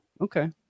okay